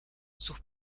sus